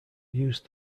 use